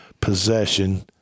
possession –